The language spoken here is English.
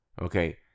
okay